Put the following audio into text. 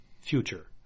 future